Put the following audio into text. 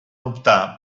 optar